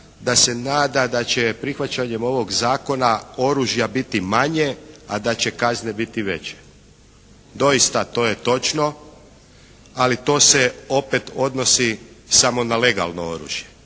da se nada da će prihvaćanjem ovog zakona, oružja biti manje a da će kazne biti veće. Doista to je točno, ali to se opet odnosi samo na legalno oružje.